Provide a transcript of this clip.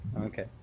okay